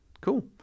Cool